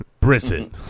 Brissett